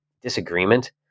disagreement